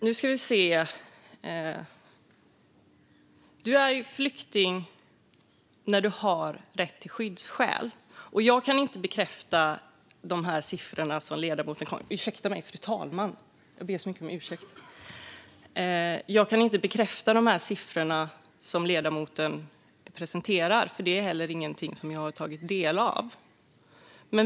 Fru talman! Man är flykting när man har skyddsskäl. Jag kan inte bekräfta de siffror som ledamoten presenterar. Det är ingenting som jag har tagit del av.